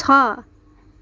छ